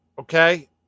Okay